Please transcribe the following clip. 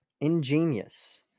Ingenious